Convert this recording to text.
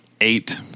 eight